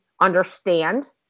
understand